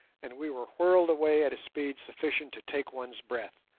and we were whirled away at a speed sufficient to take one's breath,